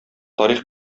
тарих